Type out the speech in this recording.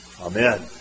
Amen